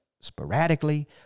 sporadically